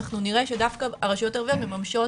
אנחנו נראה שדווקא הרשויות הערביות מממשות